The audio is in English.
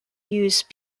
used